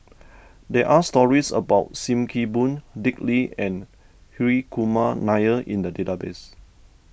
there are stories about Sim Kee Boon Dick Lee and Hri Kumar Nair in the database